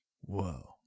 whoa